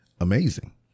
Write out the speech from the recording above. amazing